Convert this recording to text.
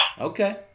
Okay